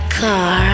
car